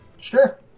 Sure